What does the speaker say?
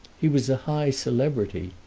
he was a high celebrity.